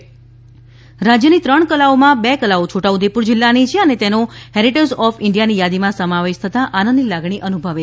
ગુજરાત રાજ્ય ની ત્રણ કલાઓમાં બે કલાઓ છોટા ઉદેપુર જિલ્લાની છે અને તેનો હેરિટેજ ઓફ ઇન્ડિયાની યાદીમાં સમાવેશ થતાં આનંદની લાગણી અનુભવે છે